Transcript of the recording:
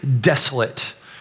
desolate